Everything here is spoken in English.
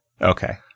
Okay